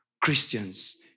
Christians